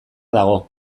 dago